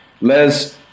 Les